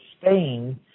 Spain